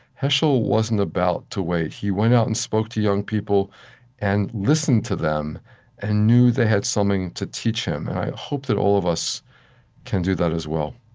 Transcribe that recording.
heschel wasn't about to wait. he went out and spoke to young people and listened to them and knew they had something to teach him, and i hope that all of us can do that, as well